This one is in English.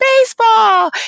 baseball